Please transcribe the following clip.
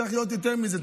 צריך להיות יותר מזה,